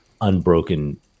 unbroken